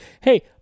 hey